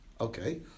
Okay